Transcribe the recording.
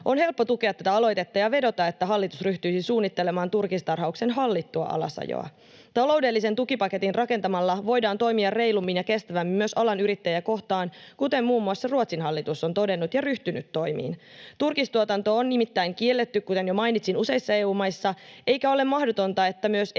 On helppo tukea tätä aloitetta ja vedota, että hallitus ryhtyisi suunnittelemaan turkistarhauksen hallittua alasajoa. Taloudellisen tukipaketin rakentamalla voidaan toimia reilummin ja kestävämmin myös alan yrittäjiä kohtaan, kuten muun muassa Ruotsin hallitus on todennut ja ryhtynyt toimiin. Turkistuotanto on nimittäin kielletty, kuten jo mainitsin, useissa EU-maissa, eikä ole mahdotonta, että myös EU-tasoinen